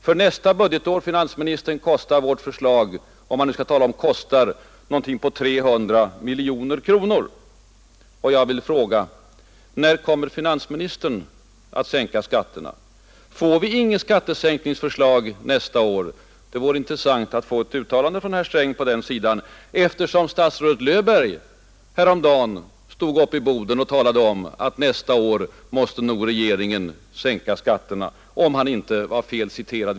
För nästa budgetår, herr finansminister, kostar vårt förslag — om man nu skall tala om ”kostar” — omkring 300 miljoner kronor. Jag vill fråga: När kommer finansministern att sänka skatterna? Får vi inget skattesänkningsförslag nästa år? Det vore intressant att få ett uttalande från herr Sträng om den saken, eftersom statsrådet Löfberg häromdagen stod uppe i Boden och talade om att nästa år måste nog regeringen sänka skatterna. Om han inte var fel citerad.